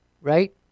Right